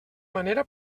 manera